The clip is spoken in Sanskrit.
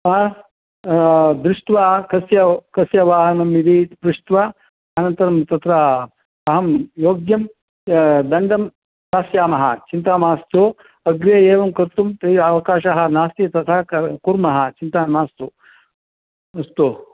हा दृष्ट्वा कस्य कस्य वाहनमिति पृष्ट्वा अनन्तरं तत्र अहं योग्यं दण्डं दास्यामः चिन्ता मास्तु अग्रे एवं कर्तुं तैः अवकाशः नास्ति तथा क् कुर्मः चिन्ता मास्तु अस्तु